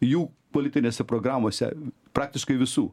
jų politinėse programose praktiškai visų